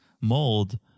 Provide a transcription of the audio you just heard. mold